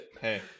Hey